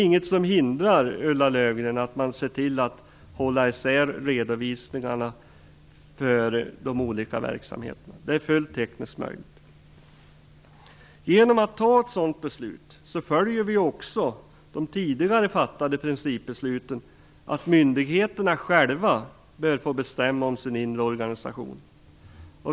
Inget hindrar, Ulla Löfgren, att man ser till att hålla isär redovisningarna för de olika verksamheterna. Det är fullt tekniskt möjligt. Genom att fatta ett sådant beslut följer vi också de tidigare fattade principbesluten om att myndigheterna själva bör få bestämma över sin inre organisation.